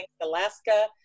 Alaska